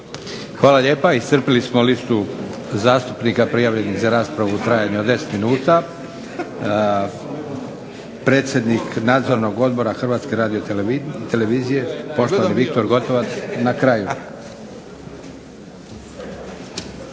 Hvala lijepa. Iscrpili smo listu zastupnika prijavljenih za raspravu u trajanju od deset minuta. Predsjednik Nadzornog odbora HRT-a poštovani Viktor Gotovac na kraju.